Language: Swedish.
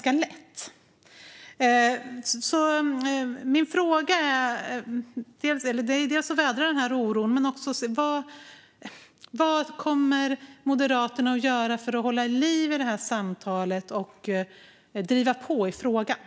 Jag ville vädra min oro, men jag har också en fråga. Vad kommer Moderaterna att göra för att hålla liv i samtalet och driva på i frågan?